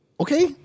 okay